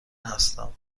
هستم